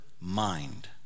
mind